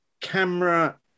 camera